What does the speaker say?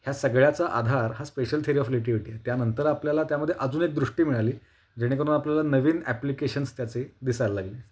ह सगळ्याचा आधार हा स्पेशल थिअरी ऑफ रिलेटिव्हीटी आहे त्यानंतर आपल्याला त्यामध्ये अजून एक दृष्टी मिळाली जेणेकरून आपल्याला नवीन ॲप्लिकेशन्स त्याचे दिसायला लागले